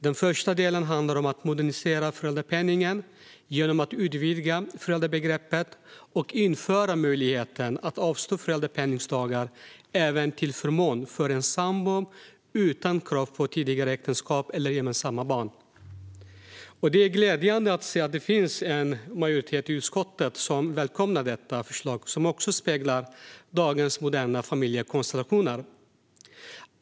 Den första delen handlar om att modernisera föräldrapenningen genom att utvidga föräldrabegreppet och införa möjligheten att avstå föräldrapenningdagar även till förmån för en sambo, utan krav på tidigare äktenskap eller gemensamma barn. Det är glädjande att se att det finns en majoritet i utskottet som välkomnar detta förslag, som också speglar dagens moderna familjekonstellationer.